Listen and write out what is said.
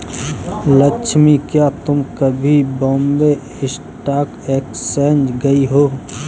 लक्ष्मी, क्या तुम कभी बॉम्बे स्टॉक एक्सचेंज गई हो?